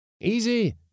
easy